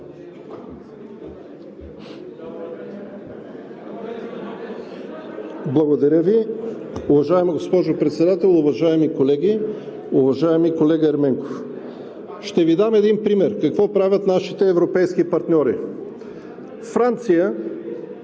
Благодаря Ви. Уважаема госпожо Председател, уважаеми колеги! Уважаеми колега Ерменков, ще Ви дам един пример – какво правят нашите европейски партньори! Франция,